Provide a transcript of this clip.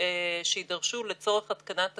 בתוכניות אחרות.